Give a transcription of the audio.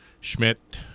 schmidt